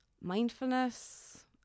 Mindfulness